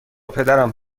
پدرم